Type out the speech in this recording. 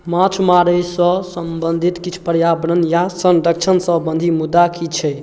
माँछ मारैसँ सम्बन्धित किछु पर्यावरण या सँरक्षण सम्बन्धी मुद्दा कि छै